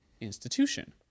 institution